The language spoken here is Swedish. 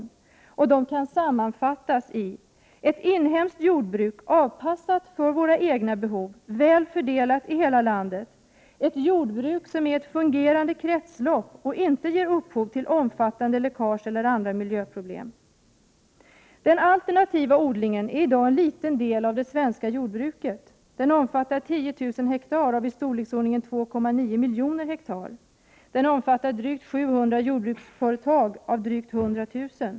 De ambitionerna kan sammanfattas på följande sätt: Ett inhemskt jordbruk avpassat för våra egna behov och väl fördelat i hela landet, ett jordbruk som är ett fungerande kretslopp och som inte ger upphov till omfattande läckage eller andra miljöproblem. Den alternativa odlingen utgör i dag en liten del av det svenska jordbruket. Den omfattar ca 10 000 ha av 2,9 miljoner ha totalt. Den omfattar drygt 700 jordbrukare av totalt 100 000.